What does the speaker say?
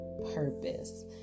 purpose